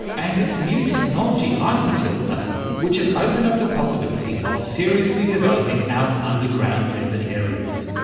and it's new technology like matilda which has opened up the possibility of seriously developing our underground urban areas,